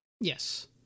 Yes